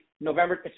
November